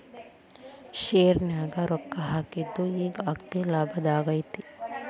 ಶೆರ್ನ್ಯಾಗ ರೊಕ್ಕಾ ಹಾಕಿದ್ದು ಈಗ್ ಅಗ್ದೇಲಾಭದಾಗೈತಿ